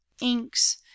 inks